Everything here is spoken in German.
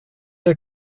der